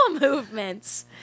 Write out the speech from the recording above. movements